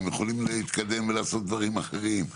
האם הם יכולים להתקדם ולעשות דברים אחרים?